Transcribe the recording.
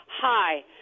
Hi